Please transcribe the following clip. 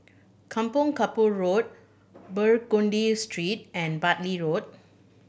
Kampong Kapor Road Burgundy Straight and Bartley Road